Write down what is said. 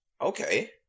Okay